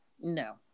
No